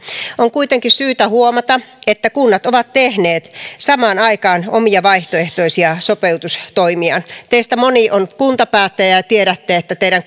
on kuitenkin syytä huomata että kunnat ovat tehneet samaan aikaan omia vaihtoehtoisia sopeutustoimiaan teistä moni on kuntapäättäjä ja ja tiedätte että teidän